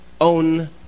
own